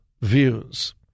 views